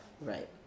Right